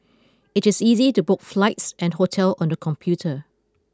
it is easy to book flights and hotel on the computer